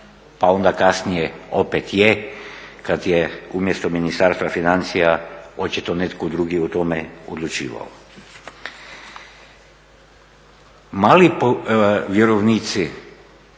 pa onda kasnije opet je kad je umjesto Ministarstva financija očito netko drugi o tome odlučivao. Mali vjerovnici